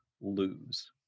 lose